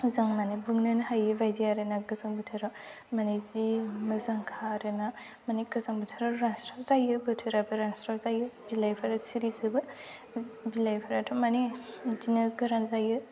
मोजां माने बुंनोनो हायि बायदि आरो ना गोजां बोथोराव माने जि मोजांखा आरो ना माने गोजां बोथोराव जों रानस्राव जायो बोथोराबो रानस्राव जायो बिलाइफोर सिरिजोबो बिलाइफ्राथ' माने बिदिनो गोरान जायो